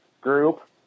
group